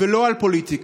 ולא על פוליטיקה.